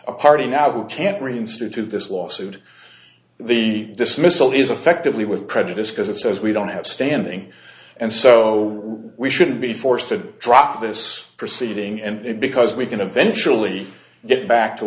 a party now who can't read institute this lawsuit the dismissal is affectively with prejudice because it says we don't have standing and so we should be forced to drop this proceeding and because we can eventually get back to